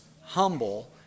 humble